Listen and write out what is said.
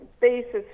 basis